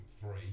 three